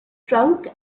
trunk